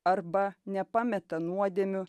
arba nepameta nuodėmių